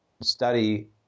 study